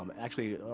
um actually,